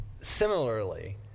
similarly